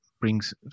Brings